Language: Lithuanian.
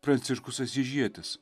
pranciškus asyžietis